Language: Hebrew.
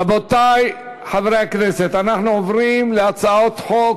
רבותי חברי הכנסת, אנחנו עוברים להצעות חוק,